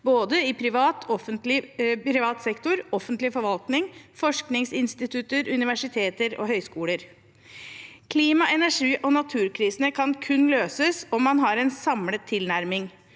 både privat sektor, offentlig forvaltning, forskningsinstitutter, universiteter og høyskoler. Klima-, energi- og naturkrisene kan kun løses om man har en samlet tilnærming.